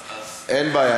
אז, אין בעיה.